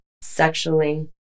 sexually